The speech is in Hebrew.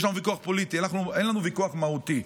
יש לנו ויכוח פוליטי, אין לנו ויכוח מהותי.